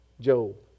Job